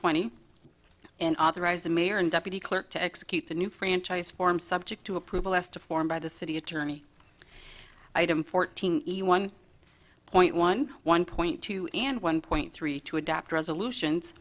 twenty and authorized the mayor and deputy clerk to execute the new franchise form subject to approval asked to form by the city attorney item fourteen one point one one point two and one point three to adopt resolutions